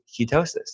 ketosis